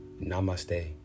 Namaste